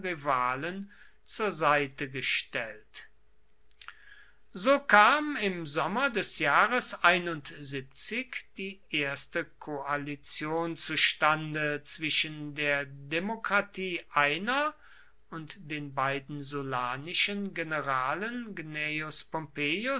rivalen zur seite gestellt so kam im sommer des jahres die erste koalition zustande zwischen der demokratie einer und den beiden sullanischen generalen